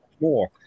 more